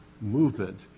movement